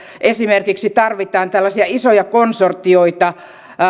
esimerkiksi tarvitaan tällaisia isoja konsortioita